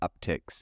upticks